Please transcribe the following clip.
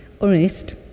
honest